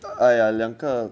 哎呀两个